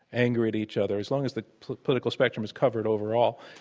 angry at each other? as long as the political spectrum is covered overall,